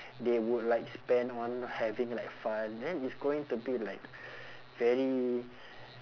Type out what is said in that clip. they would like spend on having like fun then it's going to be like very